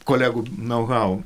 kolegų nauhau